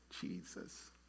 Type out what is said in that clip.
Jesus